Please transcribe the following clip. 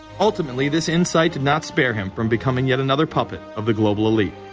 ultimately, this insight did not spare him from becoming yet another puppet of the global elite.